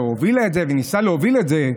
הובילה את זה, ניסתה להוביל את זה,